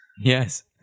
Yes